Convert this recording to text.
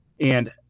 And-